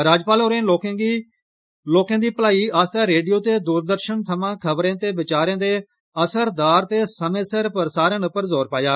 राज्यपाल होरें लोकें दी भलाई आस्तै रेडियो ते दूरदर्शन थमां खबरें ते विचारें दे असरदार ते समें सिर प्रसारण पर जोर पाया